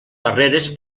barreres